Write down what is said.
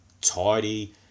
tidy